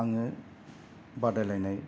आङो बादायलायनाय